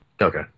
Okay